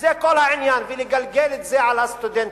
זה כל העניין, ולגלגל את זה על הסטודנטים.